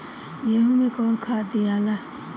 गेहूं मे कौन खाद दियाला?